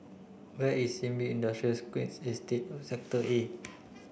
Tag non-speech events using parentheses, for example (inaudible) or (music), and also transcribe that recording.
where is Sin Ming Industrial (unintelligible) Estate of Sector A